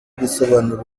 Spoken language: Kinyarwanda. bisobanura